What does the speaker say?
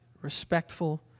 respectful